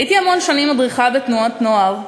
הייתי המון שנים מדריכה בתנועת נוער,